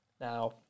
Now